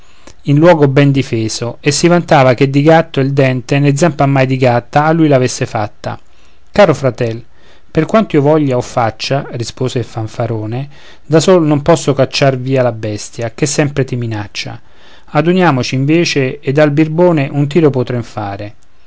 in luogo ben difeso e si vantava che di gatto il dente né zampa mai di gatta a lui l'avesse fatta caro fratel per quanto io voglia o faccia rispose il fanfarone da sol non posso cacciar via la bestia che sempre ti minaccia aduniamoci invece ed al birbone un tiro potrem fare